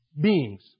beings